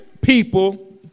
people